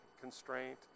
constraint